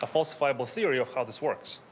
ah falsifiable theory of how this works.